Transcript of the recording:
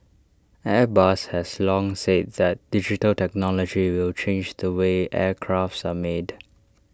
airbus has long said that digital technology will change the way aircrafts are made